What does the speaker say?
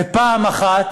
ופעם אחת